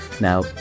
Now